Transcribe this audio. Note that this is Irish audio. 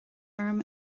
orm